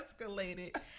escalated